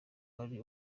ari